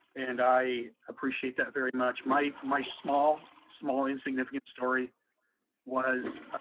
and i appreciate that very much. my my small, small insignificant story was,